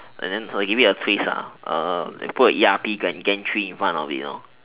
and then so I'll give it a twist I'll put a E_R_P gantry in front of it